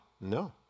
No